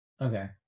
Okay